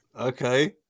okay